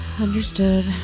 Understood